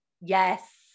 Yes